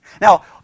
Now